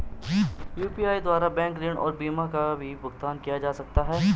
UPI द्वारा bank ऋण और बीमा का भी भुगतान किया जा सकता है?